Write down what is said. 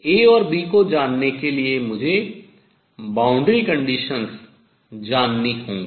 A और B को जानने के लिए मुझे boundary conditions सीमा प्रतिबंध शर्त जाननी होगी